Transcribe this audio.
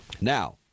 Now